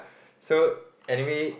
so anyway